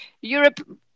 Europe